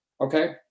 Okay